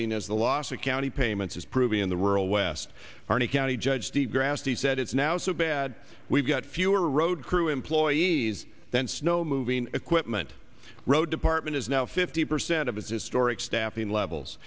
g as the loss of county payments is proving in the rural west arnie county judge de gras he said it's now so bad we've got fewer road crew employees than snow moving equipment road department is now fifty percent of its historic staffing levels